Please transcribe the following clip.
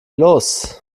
los